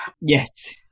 Yes